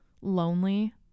lonely